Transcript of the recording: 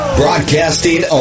broadcasting